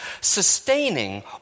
sustaining